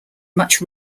much